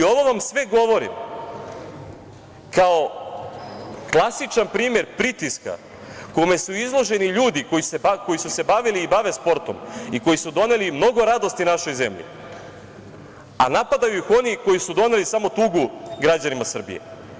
Ovo vam sve govori kao klasičan primer pritiska kome su izloženi ljudi koji su se bavili i bave sportom i koji su doneli mnogo radosti našoj zemlji, a napadaju ih oni koji su doneli samo tugu građanima Srbije.